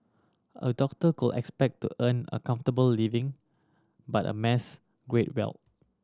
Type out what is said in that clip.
a doctor could expect to earn a comfortable living but a amass great wealth